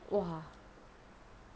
!wah!